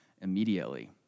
immediately